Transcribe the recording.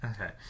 Okay